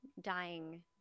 dying